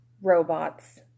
robots